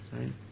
right